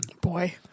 Boy